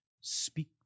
speak